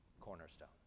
cornerstone